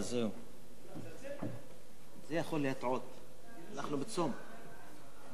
זה יכול להטעות, אנחנו בצום, אי-אפשר לשתות.